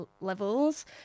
levels